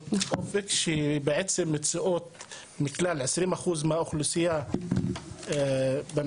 אופק שבעצם מציעות מכלל 20% מהאוכלוסייה במדינה